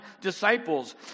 disciples